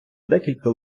декілька